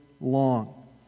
long